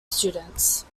students